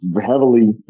heavily